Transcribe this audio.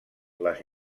les